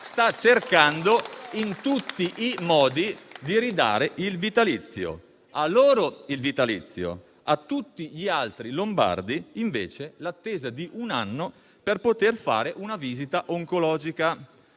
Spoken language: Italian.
sta cercando in tutti i modi di ridare il vitalizio. A loro il vitalizio, a tutti gli altri lombardi invece l'attesa di un anno per poter fare una visita oncologica.